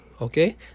okay